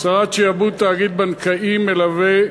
הסרת שעבוד תאגיד בנקאי מלווה),